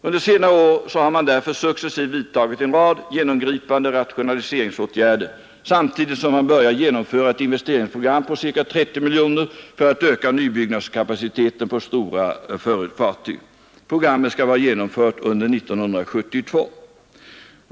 Under senare år har man därför successivt vidtagit en rad genomgripande rationaliseringsåtgärder samtidigt som man börjat genomföra ett investeringsprogram på ca 30 miljoner kronor för att öka nybyggnadskapaciteten för stora fartyg. Programmet skall vara genomfört under 1972.